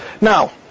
Now